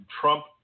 Trump